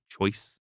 choice